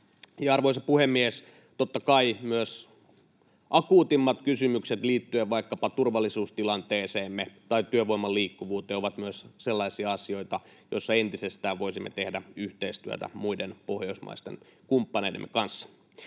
Arvoisa puhemies! Totta kai myös akuutimmat kysymykset liittyen vaikkapa turvallisuustilanteeseemme tai työvoiman liikkuvuuteen ovat sellaisia asioita, joissa entisestään voisimme tehdä yhteistyötä muiden pohjoismaisten kumppaneidemme kanssa.